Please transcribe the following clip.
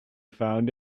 found